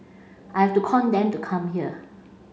I have to con them to come here